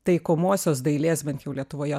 taikomosios dailės bent jau lietuvoje